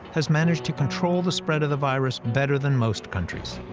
has managed to control the spread of the virus better than most countries.